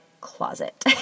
closet